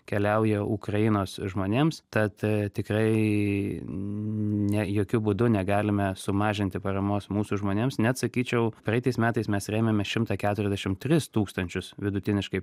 keliauja ukrainos žmonėms tad tikrai ne jokiu būdu negalime sumažinti paramos mūsų žmonėms net sakyčiau praeitais metais mes rėmėme šimtą keturiasdešim tris tūkstančius vidutiniškai